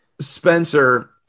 Spencer